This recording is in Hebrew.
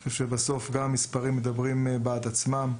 אני חושב שהמספרים מדברים בעד עצמם,